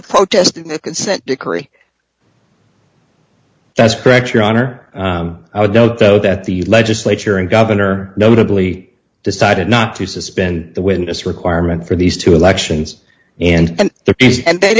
were protesting the consent decree that's correct your honor i would note though that the legislature and governor notably decided not to suspend the witness requirement for these two elections and the